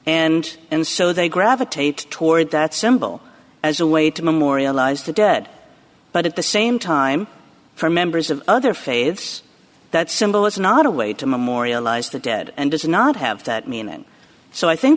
and and so they gravitate toward that symbol as a way to memorialize the dead but at the same time for members of other faiths that symbol is not a way to memorialize the dead and does not have that meaning so i think